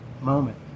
moment